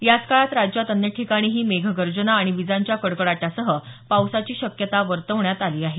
याच काळात राज्यात अन्य ठिकाणीही मेघगर्जना आणि विजांच्या कडकडाटासह पावसाची शक्यता आहे